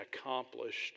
accomplished